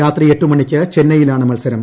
രാത്രി എട്ട് മണിക്ക് ചെന്നൈയിലാണ് മത്സരം